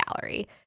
gallery